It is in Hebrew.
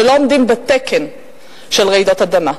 שלא עומדים בתקן של רעידות אדמה.